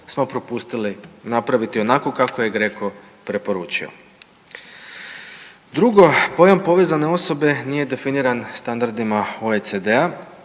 smo propustili napraviti onako kako je GRECO preporučio. Drugo, pojam povezane osobe nije definiran standardima OECD-a